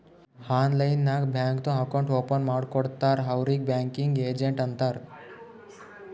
online ನಾಗ್ ಬ್ಯಾಂಕ್ದು account open ಮಾಡ್ಕೊಡ್ತಾರ್ ಅವ್ರಿಗ್ ಬ್ಯಾಂಕಿಂಗ್ ಏಜೆಂಟ್ ಅಂತಾರ್